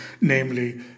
namely